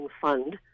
fund